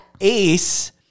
Ace